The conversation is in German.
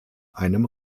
einem